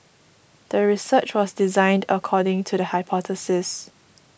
the research was designed according to the hypothesis